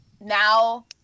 now